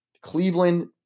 Cleveland